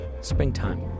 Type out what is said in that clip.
springtime